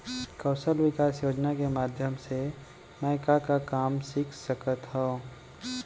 कौशल विकास योजना के माधयम से मैं का का काम सीख सकत हव?